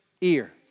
ear